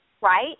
right